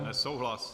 Nesouhlas.